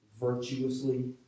virtuously